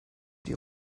die